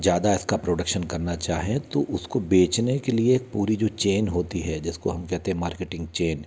ज़्यादा इसका प्रोडक्शन करना चाहें तो उसको बेचने के लिए पूरी जो चैन होती है जिसको हम कहते हैं मार्केटिंग चैन